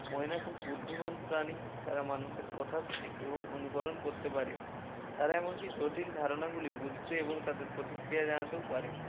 ময়না খুব বুদ্ধিমান প্রাণী তারা মানুষের কথা শুনে এবং অনুকরণ করতে পারে তারা এমনকি জটিল ধারণাগুলি বুঝতে এবং তাদের প্রতিক্রিয়া জানাতেও পারে